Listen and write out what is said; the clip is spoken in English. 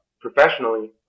professionally